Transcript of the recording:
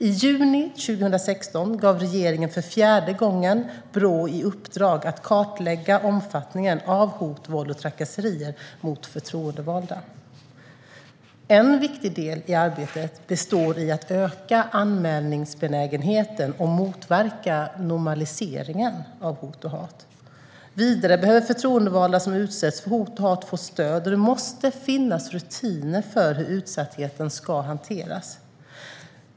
I juni 2016 gav regeringen för fjärde gången Brå i uppdrag att kartlägga omfattningen av hot, våld och trakasserier mot förtroendevalda. En viktig del i arbetet består i att öka anmälningsbenägenheten och motverka normaliseringen av hot och hat. Vidare behöver förtroendevalda som utsätts för hot och hat få stöd, och det måste finnas rutiner för hur utsattheten ska hanteras.